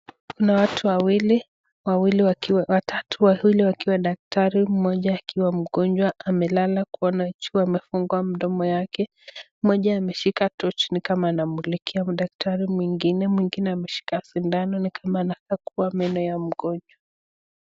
Kuna watu watatu, wawili wakiwa daktari, mmoja akiwa mgonjwa amelala kuona juu amefungua mdomo yake, mmoja ameshika torch ni kama anamulikia daktari, mwingine ameshika sindano ni kama anataka kutoa meno ya mgonjwa.